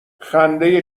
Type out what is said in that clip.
خنده